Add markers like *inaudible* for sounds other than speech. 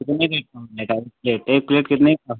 कितने के *unintelligible* प्लेट एक प्लेट कितने का